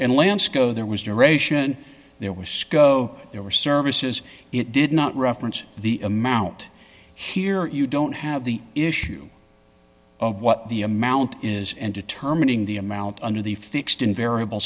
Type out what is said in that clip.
and lance go there was duration there was sco there were services it did not reference the amount here you don't have the issue of what the amount is and determining the amount under the fixed and variable